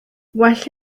well